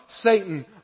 Satan